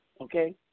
Okay